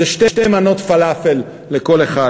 זה שתי מנות פלאפל לכל אחד.